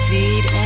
Feed